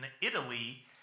italy